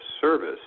service